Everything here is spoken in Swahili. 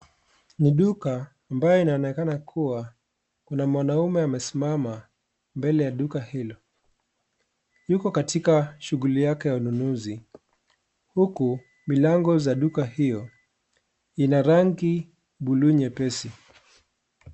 Ni duka ambayo inaonekana kuwa, kuna mwanaume amesimama mbele ya duka hilo. Yuko katika shughuli yake ya ununuzi. Huku, milango za duka hiyo, ina rangi buluu nyepesi.